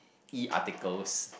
E-articles